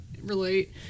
relate